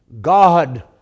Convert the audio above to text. God